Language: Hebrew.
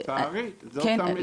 לצערי, זאת המציאות.